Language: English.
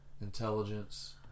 intelligence